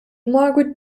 margaret